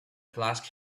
flask